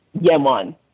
Yemen